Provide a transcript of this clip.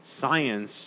science